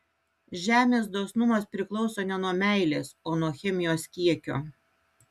žemės dosnumas priklauso ne nuo meilės o nuo chemijos kiekio